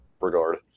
regard